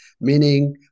meaning